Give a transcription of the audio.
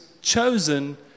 chosen